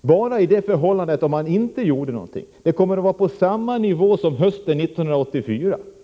Man kan bara tala om en minskning i förhållande till om regeringen inte gjorde någonting. Arbetslösheten kommer att vara på samma nivå som hösten 1984.